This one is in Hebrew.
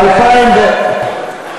ידענו שלא חייבים להצביע.